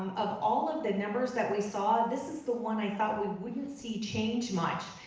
of all of the numbers that we saw, this is the one i thought we wouldn't see change much.